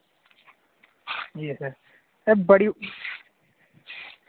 जी sir sir बड़ी